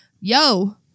Yo